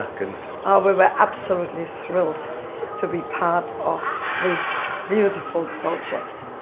and ah were were absolutely thrilled to be part of this beautiful project.